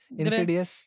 insidious